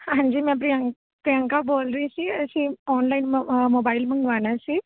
ਹਾਂਜੀ ਮੈਂ ਪ੍ਰਿਯੰ ਪ੍ਰਿਯੰਕਾ ਬੋਲ ਰਹੀ ਸੀ ਅਸੀਂ ਔਨਲਾਈਨ ਮ ਮੋਬਾਈਲ ਮੰਗਵਾਉਣਾ ਸੀ